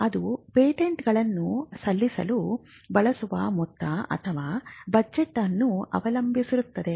ಅದು ಪೇಟೆಂಟ್ಗಳನ್ನು ಸಲ್ಲಿಸಲು ಬಳಸುವ ಮೊತ್ತ ಅಥವಾ ಬಜೆಟ್ ಅನ್ನು ಅವಲಂಬಿಸಿರುತ್ತದೆ